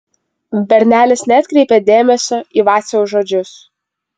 bernelis neatkreipė dėmesio į vaciaus žodžius